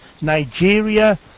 Nigeria